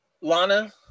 Lana